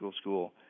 school